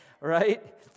right